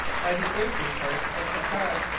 by the earthy parts of the cacao.